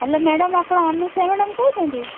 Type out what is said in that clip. hello madam ଆପଣ Anusuya madam କହୁଛନ୍ତି